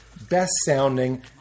best-sounding